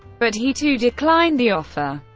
but he too declined the offer.